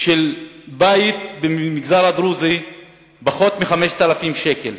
של בית במגזר הדרוזי פחות מ-5,000 שקל,